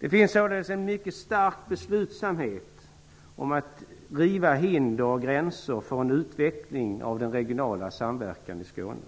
Det finns således en mycket stark beslutsamhet i fråga om att riva hinder och gränser för en utveckling av den regionala samverkan i Skåne.